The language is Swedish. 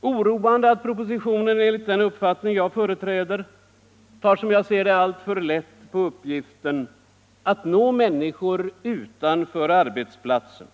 oroande att propositionen enligt den uppfattning som jag företräder tar alltför lätt på uppgiften att nå människor utanför arbetsplatsen.